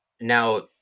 Now